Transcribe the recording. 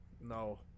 No